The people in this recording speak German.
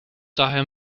daher